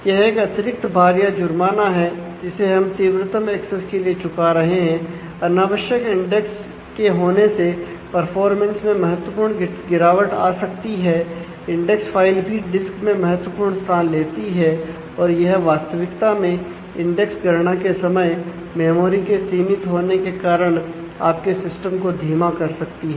यह एक अतिरिक्त भार या जुर्माना है जिसे हम तीव्रतम एक्सेस को धीमा कर सकती है